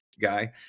guy